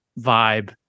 vibe